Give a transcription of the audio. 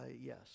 yes